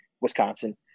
Wisconsin